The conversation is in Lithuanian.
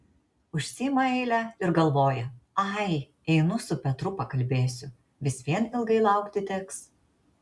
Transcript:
užsiima eilę ir galvoja ai einu su petru pakalbėsiu vis vien ilgai laukti teks